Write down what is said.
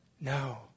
No